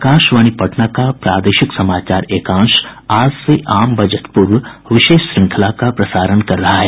आकाशणवाणी पटना का प्रादेशिक समाचार एकांश आज से आम बजट पूर्व विशेष श्रृंखला का प्रसारण कर रहा है